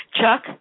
Chuck